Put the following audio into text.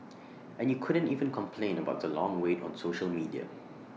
and you couldn't even complain about the long wait on social media